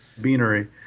Beanery